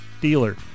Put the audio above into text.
dealer